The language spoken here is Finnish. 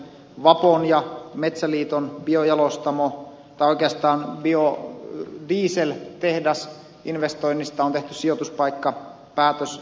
vapon ja metsäliiton biodieseltehdasinvestoinnista on tehty sijoituspaikkapäätös kemiin